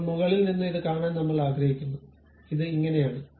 ഇപ്പോൾ മുകളിൽ നിന്ന് ഇത് കാണാൻ നമ്മൾ ആഗ്രഹിക്കുന്നു ഇത് ഇങ്ങനെയാണ്